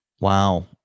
Wow